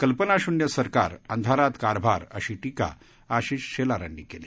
कल्पनाशून्य सरकार अंधारात कारभार अशी टीका आशिष शेलार यांनी केली